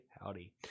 Howdy